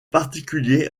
particulier